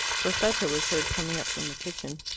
perfetta was heard coming up from the kitchen.